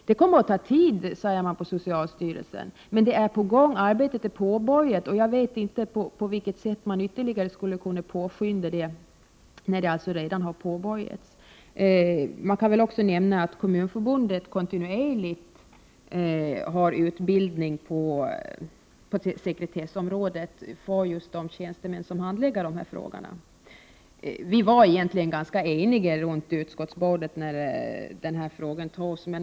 Det kommer att ta tid, säger man från socialstyrelsen, men arbetet är påbörjat. Jag vet inte på vilket sätt man ytterligare skulle kunna påskynda, eftersom arbetet redan har påbörjats. Jag kan vidare nämna att Kommunförbundet kontinuerligt har utbildning på sekretessområdet för tjänstemän som handlägger dessa frågor. Vi var egentligen eniga i utskottet när vi behandlade den här frågan.